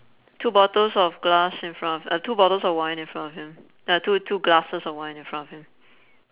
two bottles of glass in front of uh two bottles of wine in front of him uh two two glasses of wine in front of him